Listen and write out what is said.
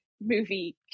movie